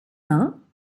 bains